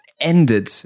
ended